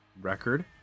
record